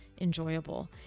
enjoyable